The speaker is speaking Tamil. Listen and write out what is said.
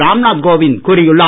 ராம்நாத் கோவிந்த் கூறியுள்ளார்